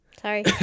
Sorry